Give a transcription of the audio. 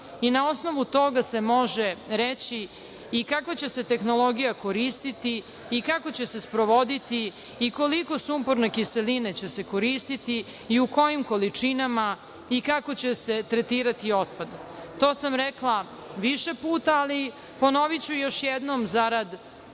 i na osnovu toga se može reći i kakva će se tehnologija koristiti i kako će se sprovoditi i koliko sumporne kiseline će se koristiti i u kojim količinama i kako će se tretirati otpad. To sam rekla više puta, ali ponoviću još jednom, zarad